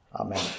Amen